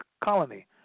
Colony